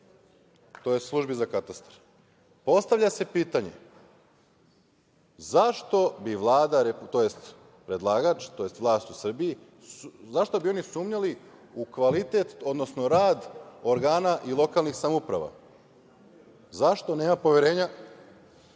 tj. službi za katastar. Postavlja se pitanje zašto bi Vlada Republike Srbije, tj. predlagač, tj. vlast u Srbiji, zašto bi oni sumnjali u kvalitet, odnosno rad organa i lokalnih samouprava? Zašto nema poverenja